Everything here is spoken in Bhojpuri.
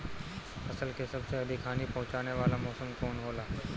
फसल के सबसे अधिक हानि पहुंचाने वाला मौसम कौन हो ला?